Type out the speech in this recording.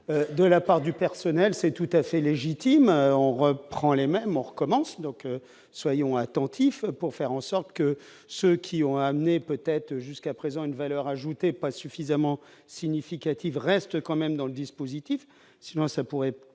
de la part du personnel, ce qui est tout à fait légitime. On reprend les mêmes, on recommence, donc soyons attentifs pour faire en sorte que ceux qui ont amené jusqu'à présent une valeur ajoutée peut-être pas suffisamment significative restent quand même dans le dispositif, sinon cela pourrait